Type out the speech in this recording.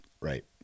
Right